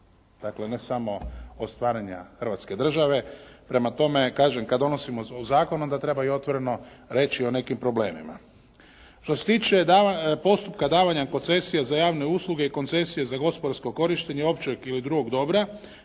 Dakle, ne samo od stvaranja hrvatske države. Prema tome, kažem kada donosimo zakon onda treba otvoreno reći o nekim problemima. Što se tiče postupka davanja koncesije za javne usluge i koncesije za gospodarsko korištenje općeg ili drugog dobra